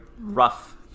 rough